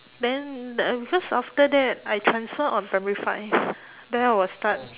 then the because after that I transfer on primary five then I will start